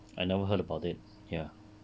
I never heard about it ya